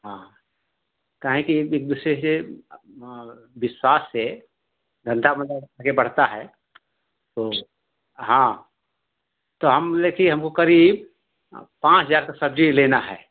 हाँ काहें कि अब जैसे जैसे विश्वास से धंधा मतलब आगे बढ़ता है तो हाँ तो हम लेकी हमको करीब पाँच हजार का सब्जी लेना है